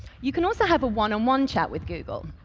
you can also have a one on one chat with google.